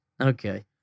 Okay